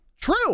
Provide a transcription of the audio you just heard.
True